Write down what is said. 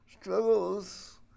struggles